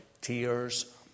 tears